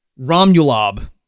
romulob